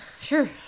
sure